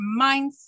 Mindset